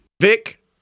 Vic